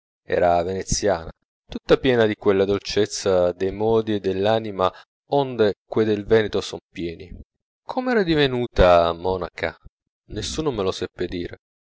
era veneziana tutta piena di quella dolcezza de modi e dell'anima onde quei del veneto son pieni come era divenuta monaca nessuno me lo seppe dire